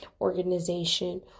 organization